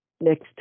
next